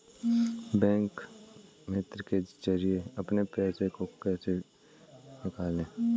Bank मित्र के जरिए अपने पैसे को कैसे निकालें?